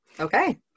Okay